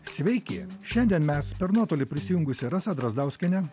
sveiki šiandien mes per nuotolį prisijungusi rasa drazdauskienė